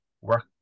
work